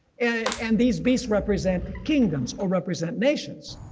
and and these beasts represent kingdoms or represent nations,